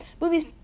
Movies